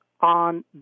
on